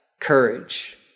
Courage